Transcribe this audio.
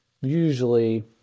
usually